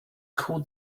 called